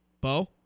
Bo